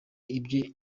ibyo